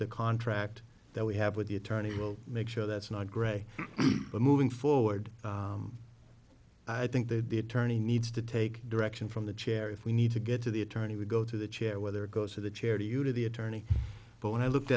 the contract that we have with the attorney will make sure that's not gray but moving forward i think that the attorney needs to take direction from the chair if we need to get to the attorney would go to the chair whether it goes to the charity you to the attorney but when i looked